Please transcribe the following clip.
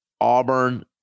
Auburn